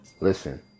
Listen